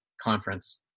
conference